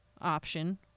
option